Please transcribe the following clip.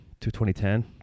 2010